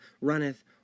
runneth